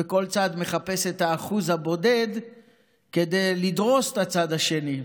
וכל צד מחפש את ה-1% הבודד כדי לדרוס את הצד השני.